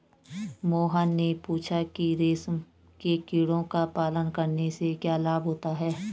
मोहन ने पूछा कि रेशम के कीड़ों का पालन करने से क्या लाभ होता है?